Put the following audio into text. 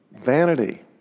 vanity